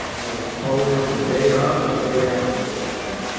it was always on the day of or the day after the fish died.